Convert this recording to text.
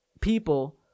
people